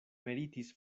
meritis